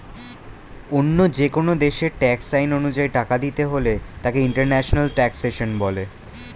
অন্য যেকোন দেশের ট্যাক্স আইন অনুযায়ী টাকা দিতে হলে তাকে ইন্টারন্যাশনাল ট্যাক্সেশন বলে